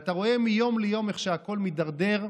כשאתה רואה מיום ליום איך שהכול מידרדר,